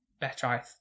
better